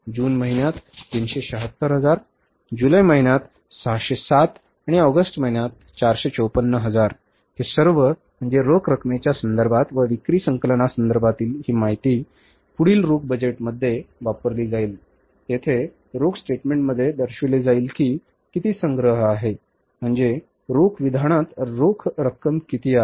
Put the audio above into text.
जून महिन्यात 376 हजार जुलै महिन्यात 607 आणि ऑगस्ट महिन्यात 454 हजार हे सर्व म्हणजे रोख रकमेच्या संदर्भात व विक्री संकलनासंदर्भातील ही माहिती पुढील रोख बजेटमध्ये वापरली जाईल तेथे रोख स्टेटमेंटमध्ये दर्शविले जाईल की किती संग्रह आहे म्हणजे रोख विधानात रोख रक्कम किती आहे